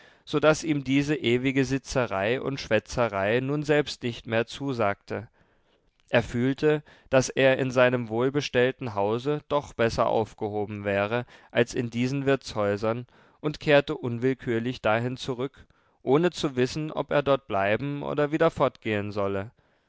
daß ihm diese ewige sitzerei und schwätzerei nun selbst nicht mehr zusagte er fühlte daß er in seinem wohlbestellten hause doch besser aufgehoben wäre als in diesen wirtshäusern und kehrte unwillkürlich dahin zurück ohne zu wissen ob er dort bleiben oder wieder fortgehen solle